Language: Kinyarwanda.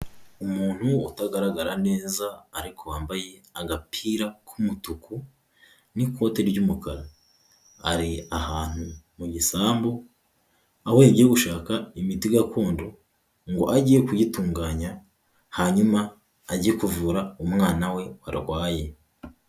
Umuntu utagaragara neza ariko wambaye agapira k'umutuku n'ikote ry'umukara, ari ahantu mu gisambu aho ajya gushaka imiti gakondo ngo ajye kuyitunganya hanyuma ajye kuvura umwana we arwaye.